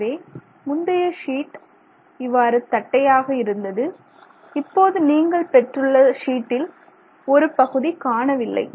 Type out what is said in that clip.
எனவே முந்தைய சீட் இவ்வாறு தட்டையாக இருந்தது இப்போது நீங்கள் பெற்றுள்ள சீட்டில் ஒரு பகுதி காணவில்லை